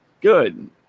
good